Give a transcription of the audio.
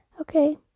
Okay